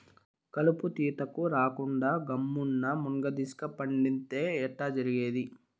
కలుపు తీతకు రాకుండా గమ్మున్న మున్గదీస్క పండితే ఎట్టా జరిగేది